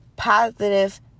Positive